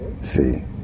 See